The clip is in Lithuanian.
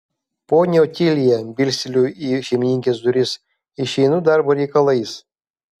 ponia otilija bilsteliu į šeimininkės duris išeinu darbo reikalais